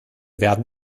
werden